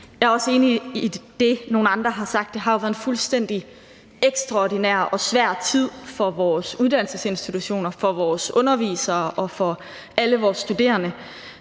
Jeg er også enig i det, som nogle andre har sagt, nemlig at det er en ekstraordinær og svær tid for vores uddannelsesinstitutioner, for vores undervisere og for alle vores studerende,